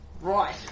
Right